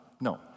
No